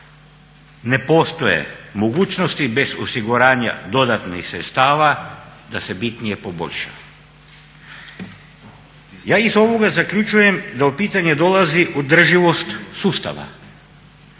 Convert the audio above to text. ne postoje mogućnosti bez osiguranja dodatnih sredstava da se bitnije poboljša. Ja iz ovoga zaključujem da u pitanje dolazi održivost sustava